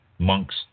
Monks